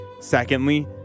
Secondly